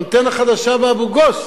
אנטנה חדשה באבו-גוש,